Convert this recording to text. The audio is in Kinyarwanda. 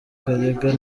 karega